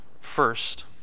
first